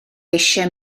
eisiau